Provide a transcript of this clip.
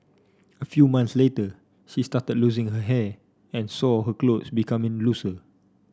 a few months later she started losing her hair and saw her clothe becoming looser